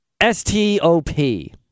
S-T-O-P